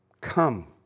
Come